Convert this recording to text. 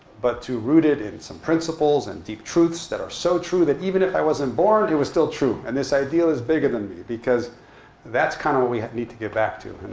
but to root it in some principles and deep truths that are so true that, even if i wasn't born, it was still true. and this ideal is bigger than me. because that's kind of what we need to get back to.